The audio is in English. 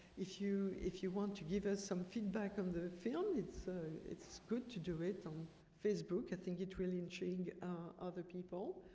if you if you want to give us some feedback on the film, it's so it's good to do it on facebook. i think it will intrigue other people,